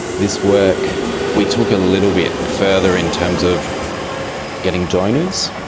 this work we took a little bit further in terms of getting donors,